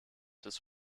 des